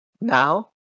Now